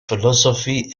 philosophy